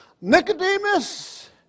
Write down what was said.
Nicodemus